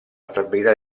stabilità